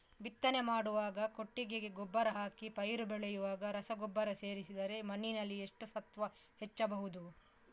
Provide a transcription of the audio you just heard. ಬಿತ್ತನೆ ಮಾಡುವಾಗ ಕೊಟ್ಟಿಗೆ ಗೊಬ್ಬರ ಹಾಕಿ ಪೈರು ಬೆಳೆಯುವಾಗ ರಸಗೊಬ್ಬರ ಸೇರಿಸಿದರೆ ಮಣ್ಣಿನಲ್ಲಿ ಎಷ್ಟು ಸತ್ವ ಹೆಚ್ಚಬಹುದು?